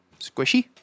squishy